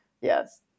Yes